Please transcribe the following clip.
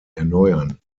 erneuern